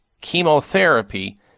chemotherapy